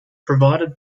provided